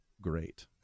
great